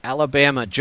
Alabama